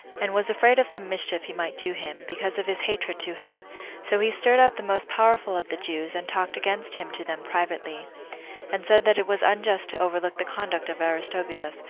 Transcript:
and was afraid of some mischief he might do him, because of his hatred to him so he stirred up the most powerful of the jews, and talked against him to them privately and said that it was unjust to overlook the conduct of aristobulus,